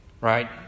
right